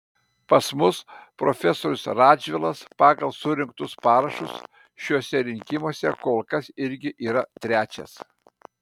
pas mus profesorius radžvilas pagal surinktus parašus šiuose rinkimuose kol kas irgi yra trečias